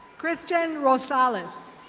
christian rosalez.